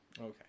Okay